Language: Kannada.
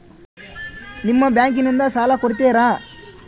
ನಿಮ್ಮ ಬ್ಯಾಂಕಿನಿಂದ ಸಾಲ ಕೊಡ್ತೇರಾ?